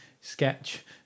sketch